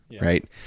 Right